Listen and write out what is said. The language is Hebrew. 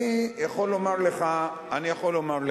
אני יכול לומר לך,